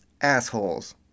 Assholes